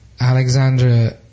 Alexandra